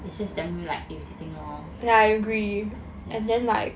it's just damn like irritating lor